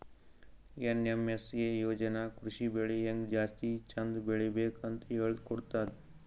NMSA ಯೋಜನಾ ಕೃಷಿ ಬೆಳಿ ಹೆಂಗ್ ಜಾಸ್ತಿ ಚಂದ್ ಬೆಳಿಬೇಕ್ ಅಂತ್ ಹೇಳ್ಕೊಡ್ತದ್